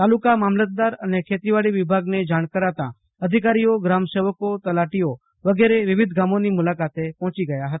તાલુકા મામલતદાર અને ખેતીવાડી વિભાગને જાણ કરાતાં અધિકારીઓ ગ્રામસેવકો તલાટીઓ વગેરે વિવિધ ગામોની મુલાકાતે પહોંચી ગયા હતા